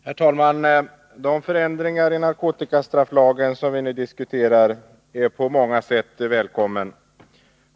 Herr talman! De förändringar i narkotikastrafflagen som vi nu diskuterar är på många sätt välkomna.